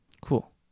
Cool